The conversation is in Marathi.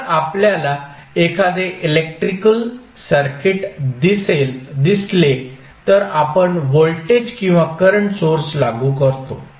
जर आपल्याला एखादे इलेक्ट्रिकल सर्किट दिसले तर आपण व्होल्टेज किंवा करंट सोर्स लागू करतो